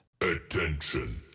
Attention